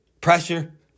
pressure